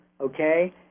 okay